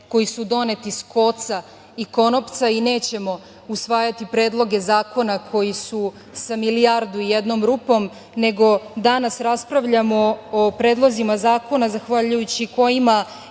koji su doneti sa koca i konopca i nećemo usvajati predloge zakona koji su sa milijardu i jednom rupom, nego danas raspravljamo o Predlozima zakona zahvaljujući kojima